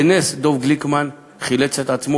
בנס דב גליקמן חילץ את עצמו,